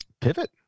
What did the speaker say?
Pivot